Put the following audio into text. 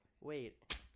Wait